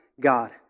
God